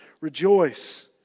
rejoice